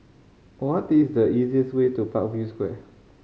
what is the easiest way to Parkview Square